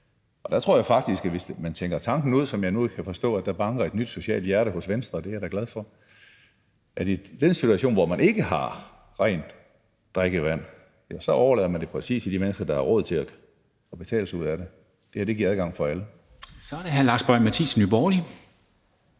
Og der tror jeg faktisk, at man, hvis man tænker tanken igennem – og jeg kan nu forstå, at der banker et nyt socialt hjerte hos Venstre, og det er jeg da glad for – i den situation, hvor man ikke har rent drikkevand, så præcis overlader det til de mennesker, der har råd til at betale sig ud af det. Det her giver adgang for alle. Kl. 11:16 Formanden (Henrik